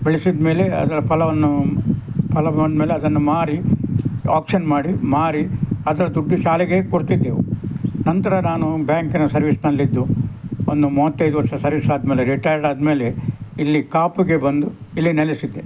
ಬೆಳೆಸಿದಮೇಲೆ ಅದರ ಫಲವನ್ನು ಫಲ ಬಂದಮೇಲೆ ಅದನ್ನು ಮಾರಿ ಆಕ್ಷನ್ ಮಾಡಿ ಮಾರಿ ಅದರ ದುಡ್ಡು ಶಾಲೆಗೆ ಕೊಡ್ತಿದ್ದೆವು ನಂತರ ನಾನು ಬ್ಯಾಂಕಿನ ಸರ್ವೀಸಿನಲ್ಲಿದ್ದು ಒಂದು ಮೂವತ್ತೈದು ವರ್ಷ ಸರ್ವೀಸ್ ಆದಮೇಲೆ ರಿಟೈರ್ಡ್ ಆದಮೇಲೆ ಇಲ್ಲಿ ಕಾಪುಗೆ ಬಂದು ಇಲ್ಲಿ ನೆಲೆಸಿದೆ